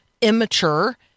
immature